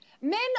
Men